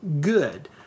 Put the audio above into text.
good